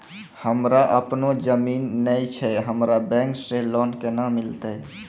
हमरा आपनौ जमीन नैय छै हमरा बैंक से लोन केना मिलतै?